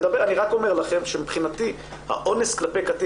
אני רק אומר לכם שמבחינתי אונס כלפי קטין